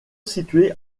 situées